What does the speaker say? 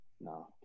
no